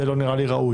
זה לא נראה לי ראוי.